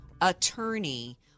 attorney